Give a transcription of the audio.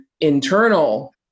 internal